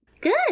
Good